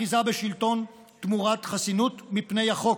אחיזה בשלטון תמורת חסינות מפני החוק.